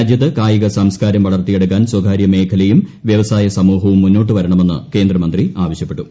രാജ്യത്ത് കായിക സംസ്ക്കാരം വള്ർത്തീയെടുക്കാൻ സ്വകാര്യമേഖലയും വ്യവസായ സമൂഹവും മുന്നോട്ടുവരണമെന്ന് കേന്ദ്രമന്ത്രി ആവശ്യപ്പെട്ടു